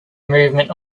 movement